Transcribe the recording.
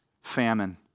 famine